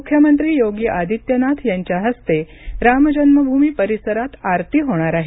मुख्यमंत्री योगी आदित्यनाथ यांच्या हस्ते रामजन्मभूमी परिसरात आरती होणार आहे